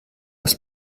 aus